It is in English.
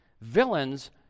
Villains